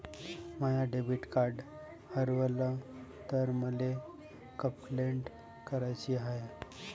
माय debit card हारवल तर मले कंपलेंट कराची हाय